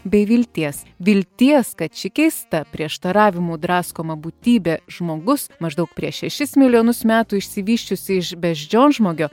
bei vilties vilties kad ši keista prieštaravimų draskoma būtybė žmogus maždaug prieš šešis milijonus metų išsivysčiusi iš beždžionžmogio